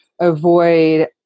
avoid